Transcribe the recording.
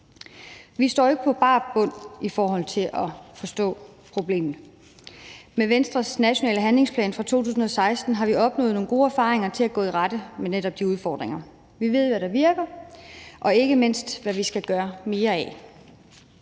Vi står jo ikke på bar bund i forhold til at forstå problemet. Med Venstres nationale handlingsplan fra 2016 har vi opnået nogle gode erfaringer til at gå i rette med netop de udfordringer. Vi ved, hvad der virker, og vi ved ikke mindst, hvad vi skal gøre mere af.